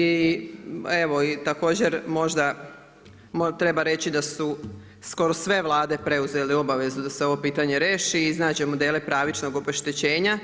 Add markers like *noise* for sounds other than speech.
I evo, također možda treba reći da su skoro sve Vlade preuzele obavezu da se ovo pitanje riješi i iznađemo … *unintelligible* pravilnog obeštećenja